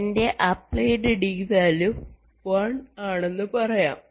എന്റെ applied D value 1 ആണെന്ന് പറയാം